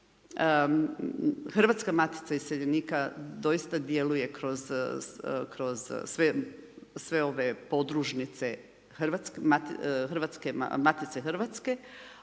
Hrvatska matica iseljenika doista djeluje kroz sve ove podružnice Matice hrvatske